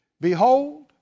Behold